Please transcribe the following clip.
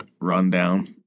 Rundown